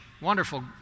wonderful